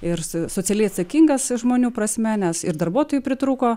ir socialiai atsakingas žmonių prasme nes ir darbuotojų pritrūko